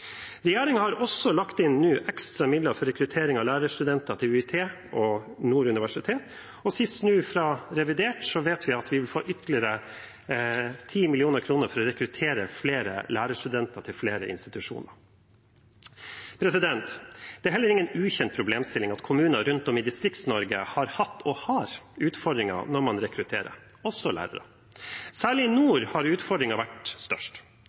har også nå lagt inn ekstra midler til rekruttering av lærerstudenter til UiT og Nord universitet. Og sist: Vi vet nå, fra revidert, at vi får ytterligere 10 mill. kr for å rekruttere flere lærerstudenter til flere institusjoner. Det er heller ingen ukjent problemstilling at kommuner rundt om i Distrikts-Norge har hatt – og har – utfordringer når man rekrutterer, også lærere. Særlig i nord har utfordringen vært